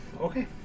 okay